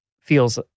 feels